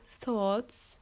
thoughts